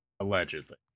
Allegedly